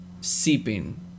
seeping